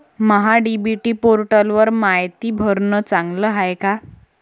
महा DBT पोर्टलवर मायती भरनं चांगलं हाये का?